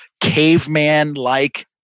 caveman-like